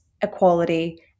equality